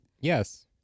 Yes